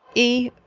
e,